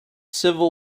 civil